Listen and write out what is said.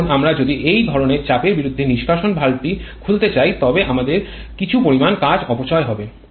এখন আমরা যদি এই ধরনের চাপের বিরুদ্ধে নিষ্কাশন ভালভটি খুলতে চাই তবে আমাদের কিছু পরিমাণ কাজ অপচয় হবে